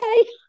okay